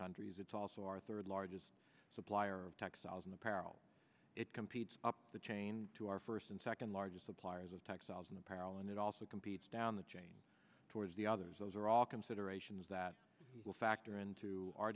countries it's also our third largest supplier of textiles and apparel it competes up the chain to our first and second largest suppliers of textiles and apparel and it also competes down the chain towards the others those are all considerations that will factor into our